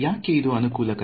ಯಾಕೆ ಇದು ಅನುಕೋಲಕರ